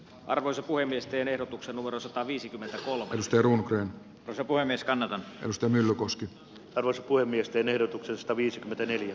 arvoisa puhemies teen ehdotuksen numero sataviisikymmentäkolme drumcreen osapuolen niskanen risto myllykoski alas kuin miesten ehdotuksesta viisikymmentäneljä e